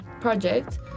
project